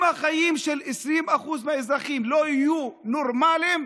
אם החיים של 20% מהאזרחים לא יהיו נורמליים,